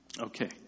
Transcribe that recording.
Okay